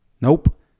Nope